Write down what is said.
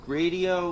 radio